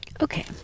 Okay